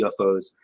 UFOs